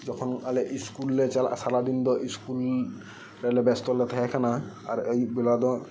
ᱡᱚᱠᱷᱚᱱ ᱟᱞᱮ ᱤᱥᱠᱩᱞ ᱞᱮ ᱪᱟᱞᱟᱜᱼᱟ ᱥᱟᱨᱟᱫᱤᱱ ᱫᱚ ᱤᱥᱠᱩᱞ ᱨᱮᱞᱮ ᱵᱮᱥᱛᱚᱞᱮ ᱛᱟᱦᱮᱸ ᱠᱟᱱᱟ ᱟᱨ ᱟᱹᱭᱩᱵ ᱵᱮᱞᱟᱫᱚ